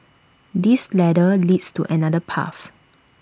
this ladder leads to another path